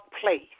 place